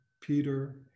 Peter